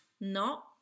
No